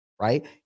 right